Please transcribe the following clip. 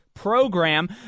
Program